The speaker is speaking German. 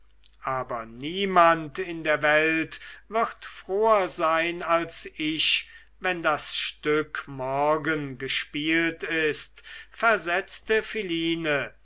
aber niemand in der welt wird froher sein als ich wenn das stück morgen gespielt ist versetzte philine